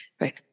right